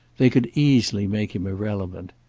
they could easily make him irrelevant.